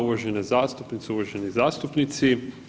Uvažene zastupnice, uvaženi zastupnici.